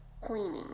queening